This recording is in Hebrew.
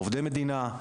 עובדי מדינה,